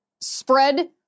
spread